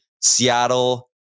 Seattle